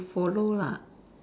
you follow lah